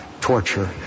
torture